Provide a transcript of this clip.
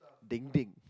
thinking